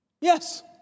Yes